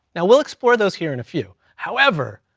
now we'll explore those here in a few. however,